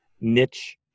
niche